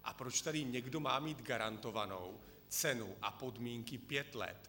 A proč tady někdo má mít garantovanou cenu a podmínky pět let?